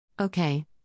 Okay